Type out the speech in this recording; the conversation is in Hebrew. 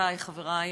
חברותי וחברי